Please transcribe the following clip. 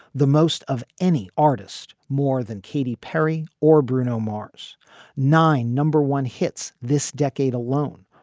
the most of any artist more than katy perry or bruno mars nine number one hits this decade alone.